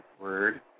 word